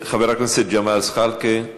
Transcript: חבר הכנסת ג'מאל זחאלקה,